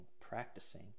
practicing